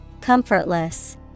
Comfortless